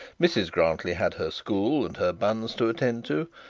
mrs grantly had her school and her buns to attend to,